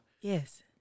Yes